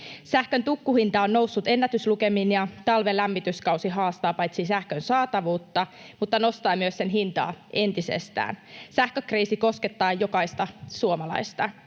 Sähkön tukkuhinta on noussut ennätyslukemiin, ja talven lämmityskausi paitsi haastaa sähkön saatavuutta myös nostaa sen hintaa entisestään. Sähkökriisi koskettaa jokaista suomalaista.